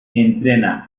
entrena